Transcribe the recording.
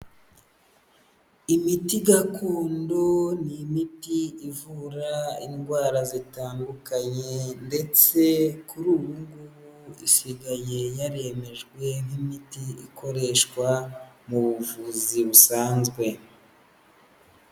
Imiti gakondo ni imiti ivura indwara zitandukanye ndetse kuri ubu ngubu isigaye yaremejwe nk'imiti ikoreshwa mu buvuzi busanzwe.